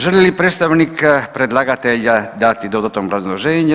Želi li predstavnik predlagatelja dati dodatno obrazloženje?